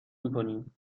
میکنیم